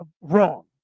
wrong